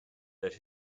that